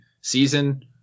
season